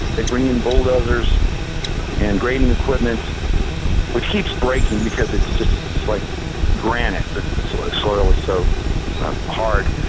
they bring in bulldozers and grating equipment which keeps breaking because it's just like granite the the sort of soil is so hard.